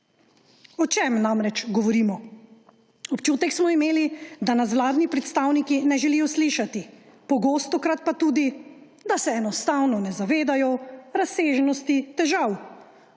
O čem namreč govorimo? Občutek smo imeli, da nas vladni predstavniki ne želijo slišati, pogostokrat pa tudi, da se enostavno ne zavedajo razsežnosti težav,